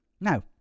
Now